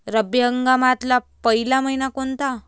रब्बी हंगामातला पयला मइना कोनता?